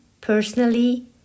personally